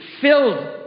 filled